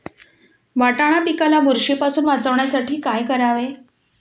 वाटाणा पिकाला बुरशीपासून वाचवण्यासाठी काय करावे?